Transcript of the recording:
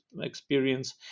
experience